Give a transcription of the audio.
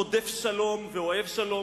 רודף שלום ואוהב שלום,